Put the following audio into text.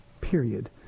period